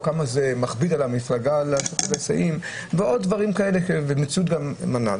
כמה זה מכביד על המפלגה לעשות היסעים ועוד דברים כאלה שהמציאות מנעה.